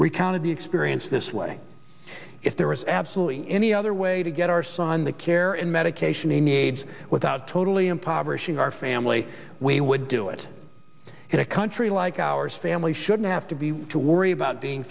recounted the experience this way if there was absolutely any other way to get our son the care and medication he needs without totally impoverishing our family we would do it in a country like ours family shouldn't have to be to worry about being